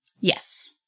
Yes